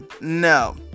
No